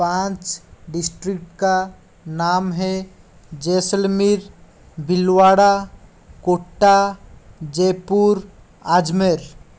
पाँच डिस्ट्रिक्ट का नाम हे जैसलमेर भीलवाड़ा कोटा जयपुर अजमेर